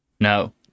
No